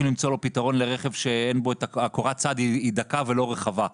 למצוא לו פתרון לרכב שקורת הצד היא דקה ולא רחבה.